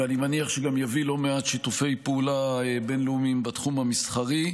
ואני מניח שגם יביא לא מעט שיתופי פעולה בין-לאומיים בתחום המסחרי.